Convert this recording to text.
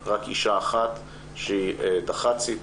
רק אישה אחת שהיא דירקטורית חיצונית.